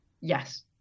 Yes